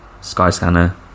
Skyscanner